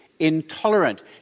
intolerant